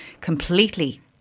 completely